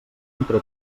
entre